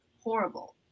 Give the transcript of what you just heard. horrible